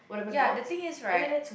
ya the thing is right